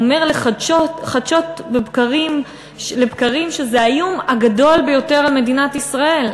הוא אומר חדשות לבקרים שזה האיום הגדול ביותר על מדינת ישראל.